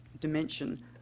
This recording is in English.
dimension